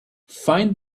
find